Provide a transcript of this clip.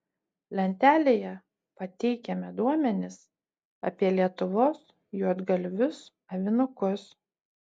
lentelėje pateikiame duomenis apie lietuvos juodgalvius avinukus